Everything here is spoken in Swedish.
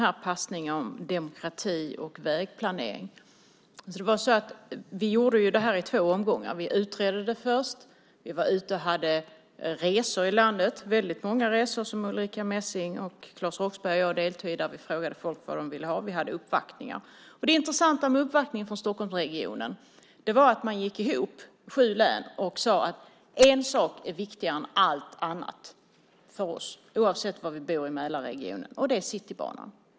Fru talman! Jag börjar med det sista. Jag förstår inte alls passningen om demokrati och vägplanering. Vi gjorde detta i två omgångar. Vi utredde det först och var ute på resor i landet. Det var väldigt många resor som Ulrica Messing, Claes Roxbergh och jag deltog i där vi frågade människor vad de ville ha, och vi hade uppvaktningar. Det intressanta med uppvaktningen från Stockholmsregionen var att sju län gick ihop och sade: En sak är viktigare än allt annat för oss oavsett var vi bor i Mälarregionen, och det är Citybanan.